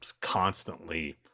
constantly